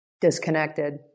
Disconnected